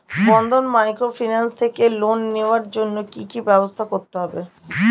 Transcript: বন্ধন microfinance থেকে loan নেওয়ার জন্য কি কি ব্যবস্থা করতে হবে?